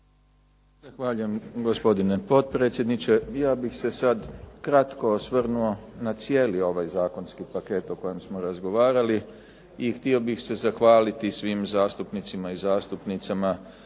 Zahvaljujem gospodine potpredsjedniče. Ja bih se sad kratko osvrnuo na cijeli ovaj zakonski paket o kojem smo razgovarali i htio bih se zahvaliti svim zastupnicima i zastupnicama